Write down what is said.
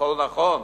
הכול נכון,